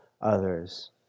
others